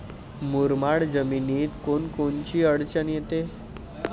मुरमाड जमीनीत कोनकोनची अडचन येते?